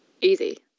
easy